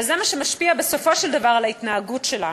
וזה מה שמשפיע בסופו של דבר על ההתנהגות שלנו.